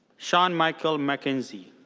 shawn michael mckenzie.